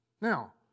Now